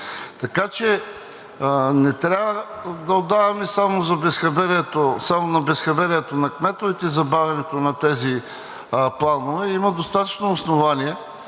Така че не трябва да отдаваме само на безхаберието на кметовете забавянето на тези планове. Има достатъчно основания